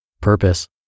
Purpose